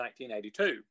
1982